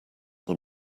them